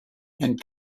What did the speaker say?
and